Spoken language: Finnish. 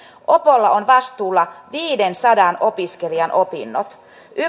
opolla on vastuulla viidensadan opiskelijan opinnot